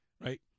right